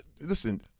listen